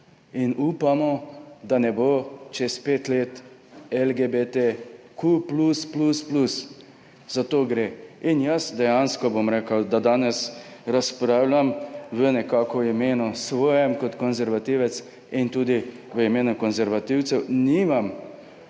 in upamo, da ne bo čez pet let LGBTQ+++. Za to gre. In jaz dejansko danes razpravljam nekako v svojem imenu, kot konservativec, in tudi v imenu konservativcev nimam